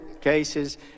cases